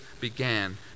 began